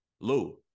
Lou